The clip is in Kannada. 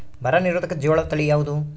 ಬರ ನಿರೋಧಕ ಜೋಳ ತಳಿ ಯಾವುದು?